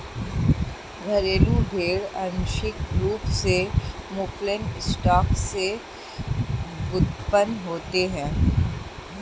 घरेलू भेड़ आंशिक रूप से मौफलन स्टॉक से व्युत्पन्न होते हैं